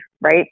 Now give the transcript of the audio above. right